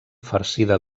farcida